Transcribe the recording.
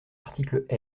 article